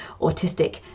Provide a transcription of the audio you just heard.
autistic